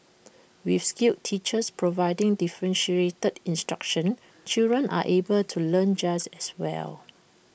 with skilled teachers providing differentiated instruction children are able to learn just as well